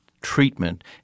treatment